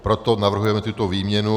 Proto navrhujeme tuto výměnu.